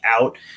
out